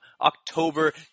October